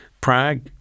Prague